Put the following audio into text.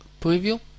Preview